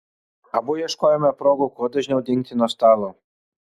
abu ieškojome progų kuo dažniau dingti nuo stalo